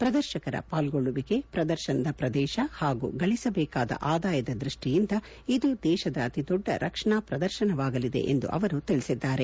ಪ್ರದರ್ಶಕರ ಪಾಲ್ಗೊಳ್ಳುವಿಕೆ ಪ್ರದರ್ಶನದ ಪ್ರದೇಶ ಹಾಗೂ ಗಳಿಸಬೇಕಾದ ಆದಾಯದ ದೃಷ್ಷಿಯಿಂದ ಇದು ದೇಶದ ಅತಿದೊಡ್ಡ ರಕ್ಷಣಾ ಪ್ರದರ್ಶನವಾಗಲಿದೆ ಎಂದು ಅವರು ತಿಳಿಸಿದ್ದಾರೆ